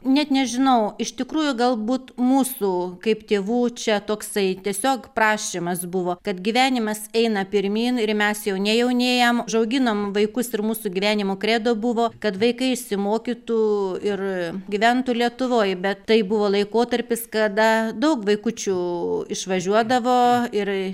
net nežinau iš tikrųjų galbūt mūsų kaip tėvų čia toksai tiesiog prašymas buvo kad gyvenimas eina pirmyn ir mes jau nejaunėjam užauginom vaikus ir mūsų gyvenimo kredo buvo kad vaikai išsimokytų ir gyventų lietuvoj bet tai buvo laikotarpis kada daug vaikučių išvažiuodavo ir